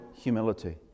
humility